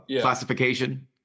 classification